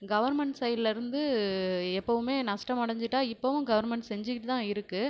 government சைடுலேருந்து எப்பவுமே நஷ்டம் அடைஞ்சிட்டா இப்பவும் கவர்மண்ட் செஞ்சிக்கிட்டு தான் இருக்குது